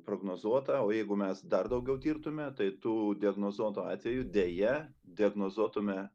prognozuota o jeigu mes dar daugiau tirtume tai tų diagnozuotų atvejų deja diagnozuotume